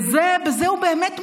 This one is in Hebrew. ובזה הוא באמת מאמין,